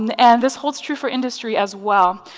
and and this holds true for industry as well.